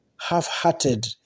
half-hearted